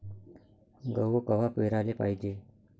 गहू कवा पेराले पायजे?